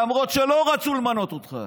למרות שלא רצו למנות אותך,